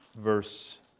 Verse